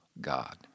God